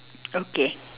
okay